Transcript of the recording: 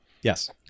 Yes